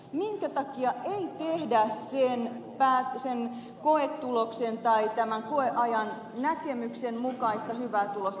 minkä takia ei tehdä sen koetuloksen tai tämän koeajan näkemyksen mukaista hyvää päätöstä